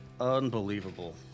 Unbelievable